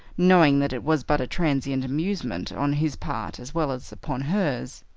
knowing that it was but a transient amusement on his part as well as upon hers.